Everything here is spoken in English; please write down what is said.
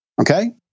Okay